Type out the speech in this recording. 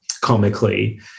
comically